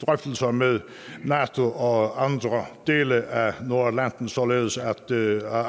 drøftelser med NATO og andre dele af Nordatlanten, således at